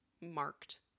marked